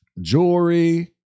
jewelry